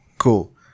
Cool